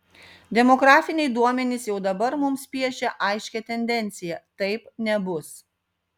demografiniai duomenys jau dabar mums piešia aiškią tendenciją taip nebus